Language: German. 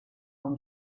auch